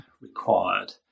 required